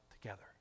together